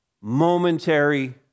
momentary